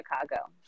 Chicago